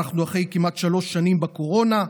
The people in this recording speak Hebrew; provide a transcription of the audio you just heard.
אנחנו אחרי כמעט שלוש שנים בקורונה,